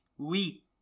Oui